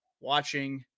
watching